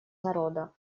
народа